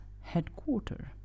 headquarters